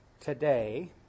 Today